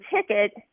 ticket